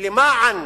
למען